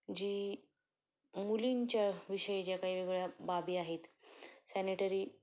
जी मुलींच्या विषयी ज्या काही वेगवेगळ्या बाबी आहेत सॅनेिटरी